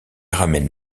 ramène